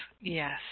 yes